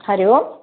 हरिः ओम्